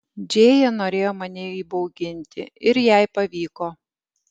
džėja norėjo mane įbauginti ir jai pavyko